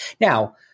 Now